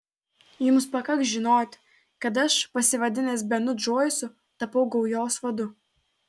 jums pakaks žinoti kad aš pasivadinęs benu džoisu tapau gaujos vadu